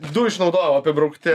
du išnaudojau apibraukti